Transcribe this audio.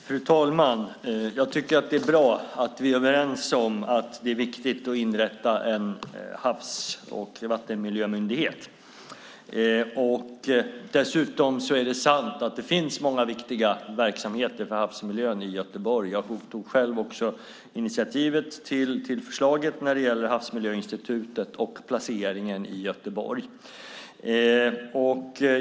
Fru talman! Jag tycker att det är bra att vi är överens om att det är viktigt att inrätta en havs och vattenmiljömyndighet. Dessutom är det sant att det finns många viktiga verksamheter för havsmiljön i Göteborg. Jag tog själv också initiativet till förslaget när det gäller Havsmiljöinstitutet och placeringen i Göteborg.